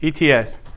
ETS